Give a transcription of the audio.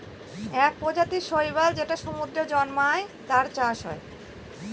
এক প্রজাতির শৈবাল যেটা সমুদ্রে জন্মায়, তার চাষ হয়